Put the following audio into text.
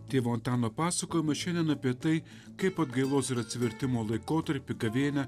tėvo antano pasakojimas šiandien apie tai kaip atgailos ir atsivertimo laikotarpy gavėnia